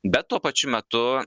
bet tuo pačiu metu